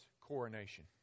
coronation